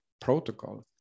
protocol